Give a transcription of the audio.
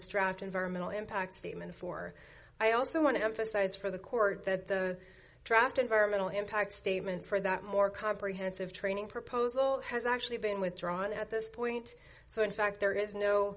draft environmental impact statement for i also want to emphasize for the court that the draft environmental impact statement for that more comprehensive training proposal has actually been withdrawn at this point so in fact there is no